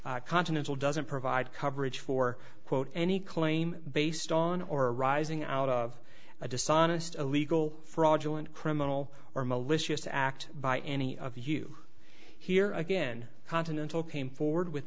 continental doesn't provide coverage for quote any claim based on or arising out of a dishonest illegal fraudulent criminal or malicious act by any of you here again continental came forward with